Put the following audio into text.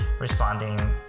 responding